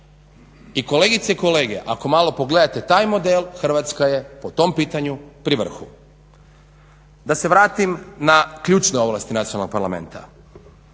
I kolegice i kolege, ako malo pogledate taj model Hrvatska je po tom pitanju pri vrhu. Da se vratim na ključne ovlasti nacionalnog Parlamenta.